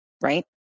right